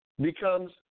Becomes